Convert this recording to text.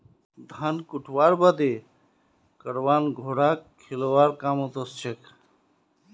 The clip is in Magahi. धान कुटव्वार बादे करवान घोड़ाक खिलौव्वार कामत ओसछेक